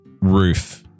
roof